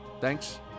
Thanks